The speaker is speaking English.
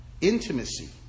intimacy